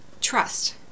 Trust